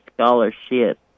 scholarship